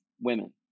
women